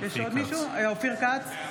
אופיר כץ,